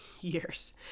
years